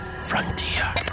frontier